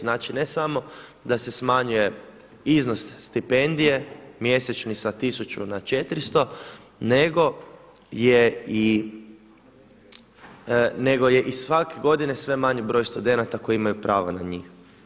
Znači, ne samo da se smanjuje iznos stipendije mjesečni sa 1000 na 400, nego je i svake godine sve manji broj studenata koji imaju prava na njih.